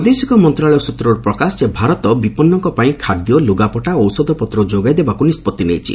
ବୈଦେଶିକ ମନ୍ତ୍ରଣାଳୟ ସ୍ୱତ୍ରରୁ ପ୍ରକାଶ ଭାରତ ବିପନ୍ଦଙ୍କ ପାଇଁ ଖାଦ୍ୟ ଲ୍ରଗାପଟା ଓ ଔଷଧପତ୍ର ଯୋଗାଇ ଦେବାକୁ ନିଷ୍ପଭି ନେଇଛି